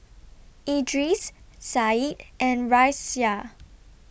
Idris Said and Raisya